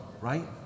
right